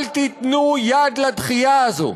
אל תיתנו יד לדחייה הזו.